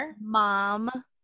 mom